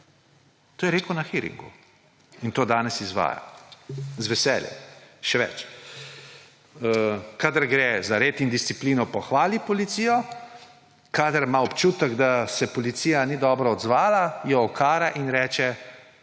To je rekel na hearingu, in to danes izvaja z veseljem. Še več, kadar gre za red in disciplino, pohvali policijo, kadar ima občutek, da se policija ni dobro odzvala, jo okara in reče